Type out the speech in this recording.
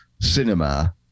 cinema